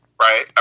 right